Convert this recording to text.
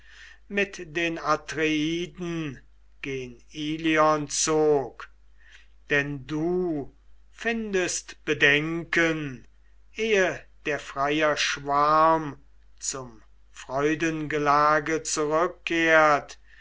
mit den atreiden gen ilion zog denn du findest bedenken ehe der freier schwarm zum freudengelage zurückkehrt